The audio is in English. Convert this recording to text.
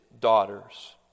daughters